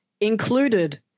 included